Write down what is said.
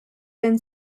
been